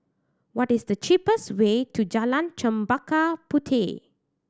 what is the cheapest way to Jalan Chempaka Puteh